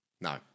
No